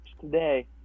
today